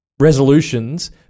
resolutions